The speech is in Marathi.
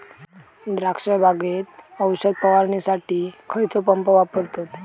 द्राक्ष बागेत औषध फवारणीसाठी खैयचो पंप वापरतत?